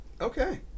Okay